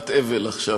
בישיבת אבל עכשיו,